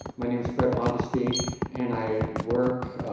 my name is fred augustyn and i work